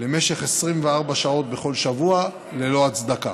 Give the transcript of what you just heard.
למשך 24 שעות בכל שבוע, ללא הצדקה.